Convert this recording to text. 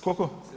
Koliko?